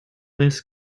this